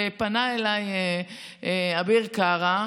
ופנה אביר קארה,